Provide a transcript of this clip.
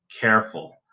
careful